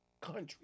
country